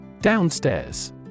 downstairs